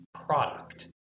product